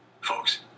Folks